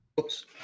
Oops